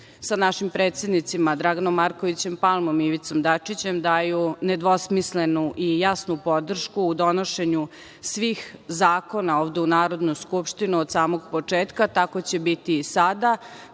sa našim predsednicima Draganom Markovićem Palmom i Ivicom Dačićem daju nedvosmislenu i jasnu podršku u donošenju svih zakona ovde u Narodnu skupštinu od samog početka. Tako će biti i sada.